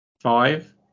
five